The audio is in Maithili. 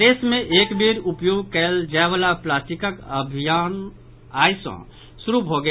प्रदेश मे एक बेर उपयोग कयल जायवला प्लास्टिकक खिलाफ अभियान आइ सॅ शुरू भऽ गेल